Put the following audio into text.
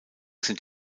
sind